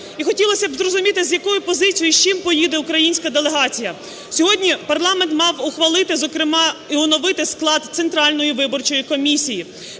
І хотілося б зрозуміти з якою позицією, з чим поїде українська делегація. Сьогодні парламент мав ухвалити, зокрема, і оновити склад Центральної виборчої комісії.